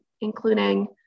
including